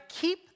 keep